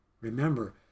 remember